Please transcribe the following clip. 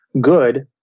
good